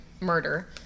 murder